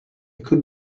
could